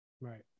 Right